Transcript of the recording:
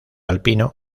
alpino